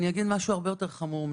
אני אגיד משהו יותר חמור מזה.